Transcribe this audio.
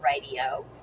radio